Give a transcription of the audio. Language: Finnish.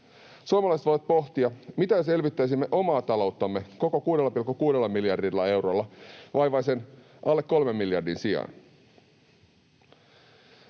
Suomalaiset voivat pohtia, mitä jos elvyttäisimme omaa talouttamme koko 6,6 miljardilla eurolla vaivaisen alle 3 miljardin sijaan.